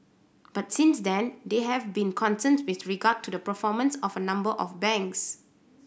but since then there have been concerns with regard to the performance of a number of banks